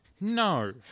No